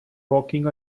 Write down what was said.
walking